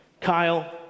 Kyle